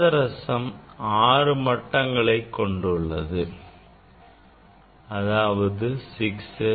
பாதரசம் 6 ஆற்றல் மட்டங்கள் கொண்டுள்ளது அதாவது 6S